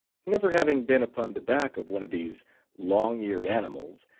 never having been upon the back of one of these long eared animals,